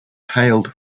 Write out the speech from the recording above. hailed